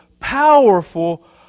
powerful